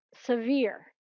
severe